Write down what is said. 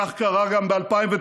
כך קרה גם ב-2009,